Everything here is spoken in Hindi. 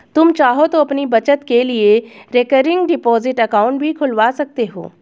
तुम चाहो तो अपनी बचत के लिए रिकरिंग डिपॉजिट अकाउंट भी खुलवा सकते हो